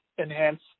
enhance